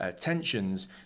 tensions